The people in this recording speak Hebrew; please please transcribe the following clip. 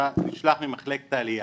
נשלח ממחלקת העלייה,